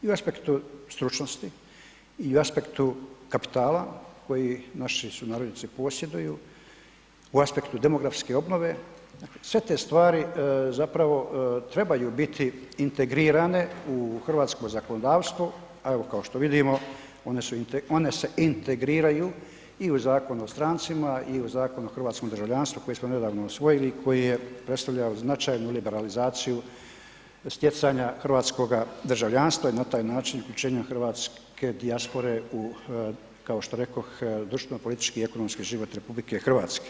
I u aspektu stručnosti i u aspektu kapitala koji naši sunarodnjaci posjeduju, u aspektu demografske obnove, sve te stvari zapravo trebaju biti integrirane u hrvatsko zakonodavstvo a evo kao što vidimo, one se integriraju i u Zakonu o strancima i u Zakonu o hrvatskom državljanstvu koji smo nedavno usvojili, koji je predstavljao značajnu liberalizaciju stjecanja hrvatskoga državljanstava i na taj način učinio hrvatske dijaspore kao što rekoh u društveno, politički i ekonomski život RH.